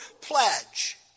pledge